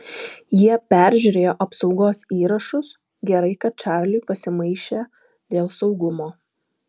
jie peržiūrėjo apsaugos įrašus gerai kad čarliui pasimaišę dėl saugumo